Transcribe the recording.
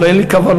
אין לי כוונות,